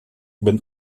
ben